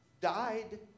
died